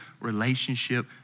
relationship